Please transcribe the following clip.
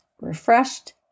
refreshed